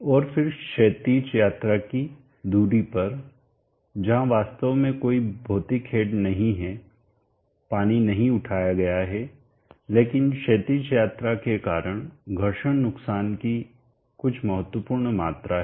और फिर क्षैतिज यात्रा की दूरी पर जहां वास्तव में कोई भौतिक हेड नहीं है पानी नहीं उठाया गया है लेकिन क्षैतिज यात्रा के कारण घर्षण नुकसान की कुछ महत्वपूर्ण मात्रा है